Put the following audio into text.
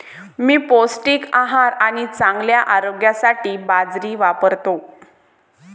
मी पौष्टिक आहार आणि चांगल्या आरोग्यासाठी बाजरी वापरतो